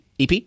EP